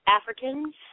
Africans